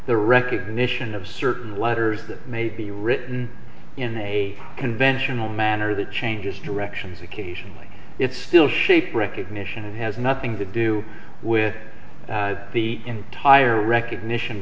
the recognition of certain letters that may be written in a conventional manner that changes directions occasionally it still shape recognition it has nothing to do with the entire recognition